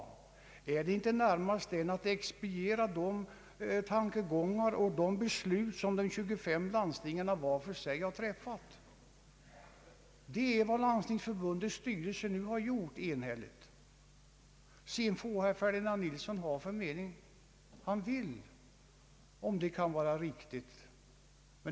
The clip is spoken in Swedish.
Är det inte närmast att expediera de beslut som de 25 landstingen var för sig har träffat? Det är vad Svenska landstingsförbundets styrelse nu enhälligt har gjort. Sedan får herr Ferdinand Nilsson ha vilken mening han vill om vad som kan vara riktigt.